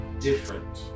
different